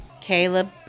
Caleb